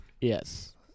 Yes